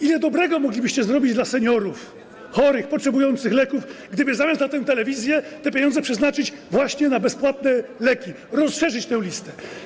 Ile dobrego moglibyście zrobić dla seniorów, chorych, potrzebujących leków, gdyby zamiast na tę telewizję te pieniądze przeznaczyć właśnie na bezpłatne leki, rozszerzyć tę listę?